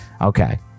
okay